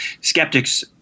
skeptics